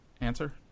answer